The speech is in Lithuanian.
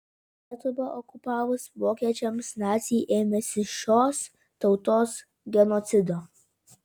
lietuvą okupavus vokiečiams naciai ėmėsi šios tautos genocido